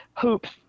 hoops